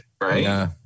right